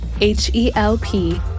H-E-L-P